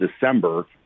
December